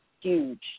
Huge